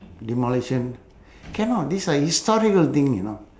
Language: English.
demolition cannot this a historical thing you know